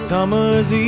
Summer's